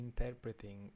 interpreting